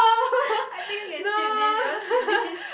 I think you can skip this you want skip this